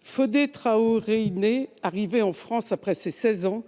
Fodé Traoréiné, arrivé en France après ses 16 ans,